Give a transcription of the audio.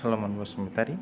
Salomon Basumatary